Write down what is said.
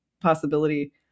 possibility